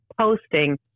posting